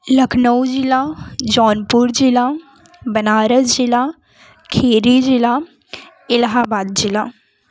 लखनऊ ज़िला जौनपुर ज़िला बनारस ज़िला खीरी ज़िला इलाहाबाद ज़िला